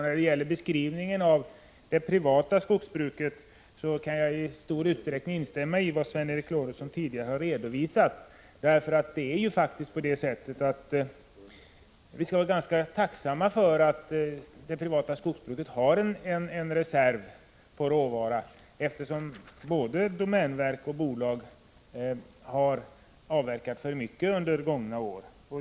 När det gäller beskrivningen av det privata skogsbruket kan jag i stor utsträckning instämma i vad Sven Eric Lorentzon nyss redovisade. Vi skall vara ganska tacksamma för att det privata skogsbruket har en reserv av råvara, eftersom både domänverket och skogsbolagen har avverkat för mycket under gångna år.